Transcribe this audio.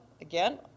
again